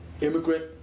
immigrant